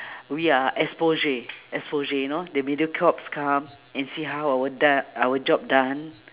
we are exposure exposure you know the mediacorps come and see how our don~ our job done